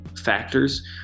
factors